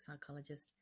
psychologist